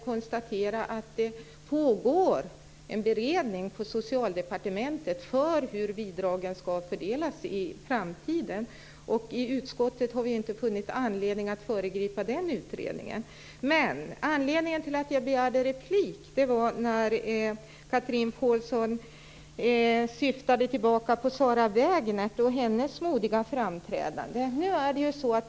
Det pågår en beredning på Socialdepartementet som ser över hur bidragen ska fördelas i framtiden. I utskottet har vi inte funnit anledning att föregripa den utredningen. Anledningen till att jag begärde replik var att Chatrine Pålsson tog upp Sara Wägnert och hennes modiga framträdande.